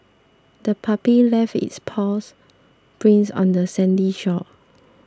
the puppy left its paws prints on the sandy shore